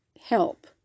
help